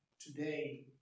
today